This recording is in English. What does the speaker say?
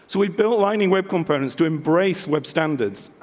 so we built lining web components to embrace web standards,